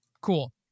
cool